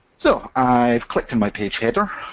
so i've clicked in my page header,